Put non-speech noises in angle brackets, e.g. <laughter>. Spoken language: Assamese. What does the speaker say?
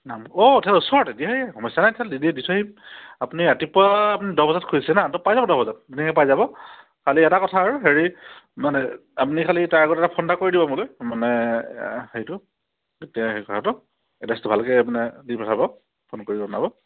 নাম অঁ <unintelligible> ওচৰতে তেতিয়া হে সমস্যা নাইয তেতিয়াহ'লে দি থৈ আহিম আপুনি ৰাতিপুৱা আপুনি দহ বজাত খুজিছে ন তো পাই যাব দহ বজাত ধুনীয়াকৈ পাই যাব খালী এটা কথা আৰু হেৰি মানে আপুনি খালী তাৰ আগত এটা ফোন এটা কৰি দিব মোলৈ মানে হেৰিটো তেতিয়া সেই কথাটো এড্ৰেছটো ভালকৈ আপুনি দি পঠাব ফোন কৰি জনাব